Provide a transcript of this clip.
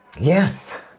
Yes